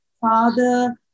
father